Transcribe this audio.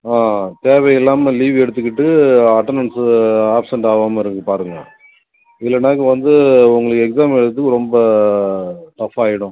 ஆ தேவை இல்லாமல் லீவ் எடுத்துக்கிட்டு அட்டனன்ஸு ஆப்சன்ட் ஆகாம இருக்க பாருங்கள் இல்லேன்னாக்கா வந்து உங்களுக்கு எக்ஸாம் எழுதுகிறதுக்கு ரொம்ப டஃப் ஆகிடும்